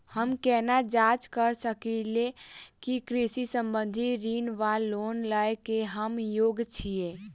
हम केना जाँच करऽ सकलिये की कृषि संबंधी ऋण वा लोन लय केँ हम योग्य छीयै?